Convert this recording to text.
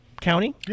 County